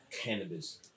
cannabis